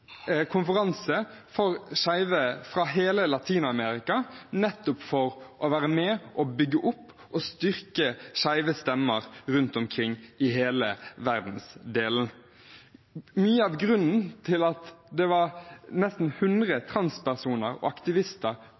konferanse for skeive fra hele Latin-Amerika, nettopp for å være med og bygge opp og styrke skeive stemmer rundt omkring i hele verdensdelen. Mye av grunnen til at det var nesten hundre transpersoner og aktivister